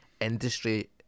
Industry